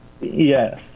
yes